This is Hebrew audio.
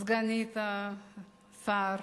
סגנית השר,